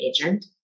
agent